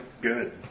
good